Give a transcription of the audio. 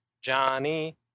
Johnny